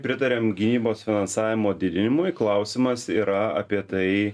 pritariam gynybos finansavimo didinimui klausimas yra apie tai